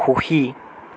সুখী